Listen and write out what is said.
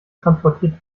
transportiert